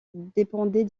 dépendait